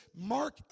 Mark